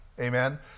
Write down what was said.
Amen